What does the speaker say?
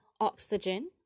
oxygen